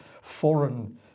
foreign